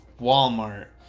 walmart